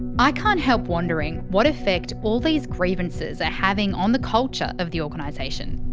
i can't help wondering what effect all these grievances are having on the culture of the organisation.